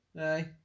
Aye